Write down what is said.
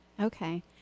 Okay